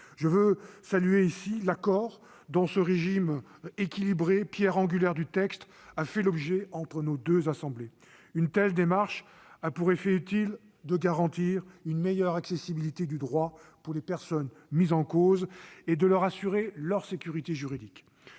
Je veux saluer l'accord dont ce régime équilibré, pierre angulaire du texte, a fait l'objet entre les deux assemblées. Une telle démarche a pour effet utile de garantir une meilleure accessibilité du droit pour les personnes mises en cause et d'assurer la sécurité juridique